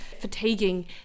fatiguing